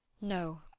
No